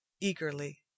eagerly